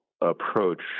approach